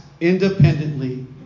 independently